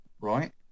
right